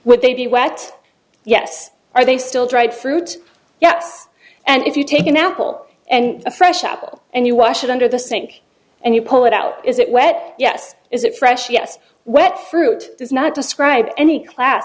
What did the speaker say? would they be wet yes are they still dried fruit yes and if you take you now pull and a fresh apple and you wash it under the sink and you pull it out is it wet yes is it fresh yes wet fruit does not describe any class